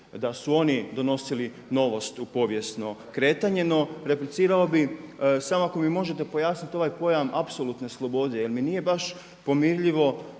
da su oni donosili novost u povijesno kretanje. No, replicirao bih samo ako mi možete pojasniti ovaj pojam apsolutne slobode, jer mi nije baš pomirljivo